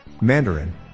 Mandarin